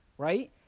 Right